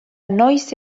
noiz